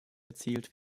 erzielt